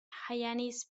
hyannis